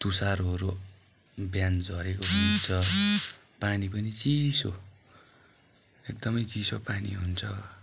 तुसारोहरू बिहान झरेको हुन्छ पानी पनि चिसो एकदमै चिसो पानी हुन्छ